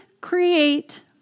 create